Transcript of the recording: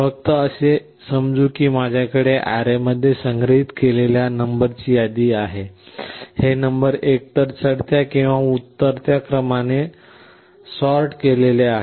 फक्त असे समजू की माझ्याकडे अॅरेमध्ये संग्रहित केलेल्या नंबरची यादी आहे आणि हे नंबर एकतर चढत्या किंवा उतरत्या क्रमाने सॉर्ट केले आहेत